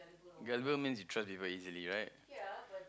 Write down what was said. gullible means you trust people easily right